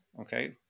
okay